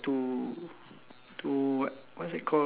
ah one long one short right okay so mm